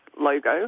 logo